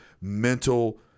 mental